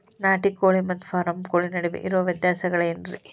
ನಾಟಿ ಕೋಳಿ ಮತ್ತ ಫಾರಂ ಕೋಳಿ ನಡುವೆ ಇರೋ ವ್ಯತ್ಯಾಸಗಳೇನರೇ?